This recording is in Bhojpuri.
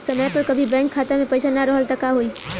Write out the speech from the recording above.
समय पर कभी बैंक खाता मे पईसा ना रहल त का होई?